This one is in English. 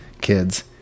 kids